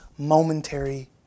momentary